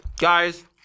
Guys